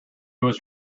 was